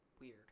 weird